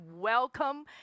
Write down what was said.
welcome